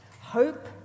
Hope